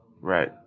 Right